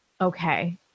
okay